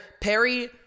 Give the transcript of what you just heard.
Perry